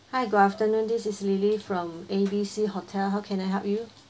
hi good afternoon this is lily from A B C hotel how can I help you